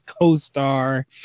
co-star